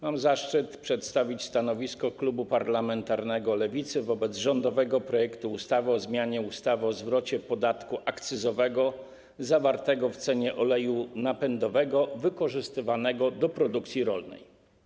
Mam zaszczyt przedstawić stanowisko klubu parlamentarnego Lewicy wobec rządowego projektu ustawy o zmianie ustawy o zwrocie podatku akcyzowego zawartego w cenie oleju napędowego wykorzystywanego do produkcji rolnej.